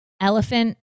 elephant